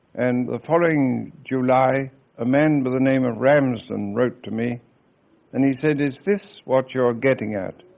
and the following july a man by the name of ramsden wrote to me and he said, is this what you're getting at?